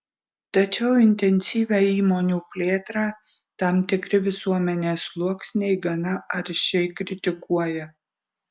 tačiau intensyvią įmonių plėtrą tam tikri visuomenės sluoksniai gana aršiai kritikuoja